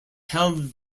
held